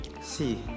See